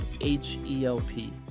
H-E-L-P